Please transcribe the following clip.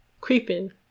creeping